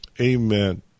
Amen